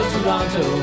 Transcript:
Toronto